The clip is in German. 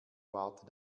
warten